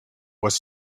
was